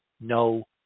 no